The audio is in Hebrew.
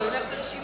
אבל הוא ילך ברשימה.